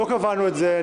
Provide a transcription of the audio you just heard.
עוד לא קבענו את זה,